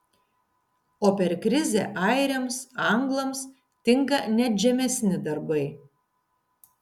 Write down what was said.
o per krizę airiams anglams tinka net žemesni darbai